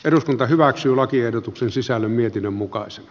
eduskunta hyväksyi lakiehdotuksen sisällön mietinnön mukaan se